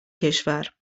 کشور